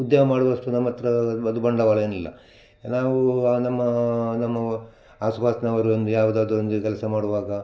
ಉದ್ಯೋಗ ಮಾಡುವಷ್ಟು ನಮ್ಮ ಹತ್ರ ಬದು ಬಂಡವಾಳ ಏನಿಲ್ಲ ನಾವು ನಮ್ಮ ನಮ್ಮವ ಆಸ್ಪಾಸ್ನವರೊಂದು ಯಾವ್ದಾದರೂ ಒಂದು ಕೆಲಸ ಮಾಡುವಾಗ